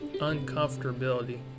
uncomfortability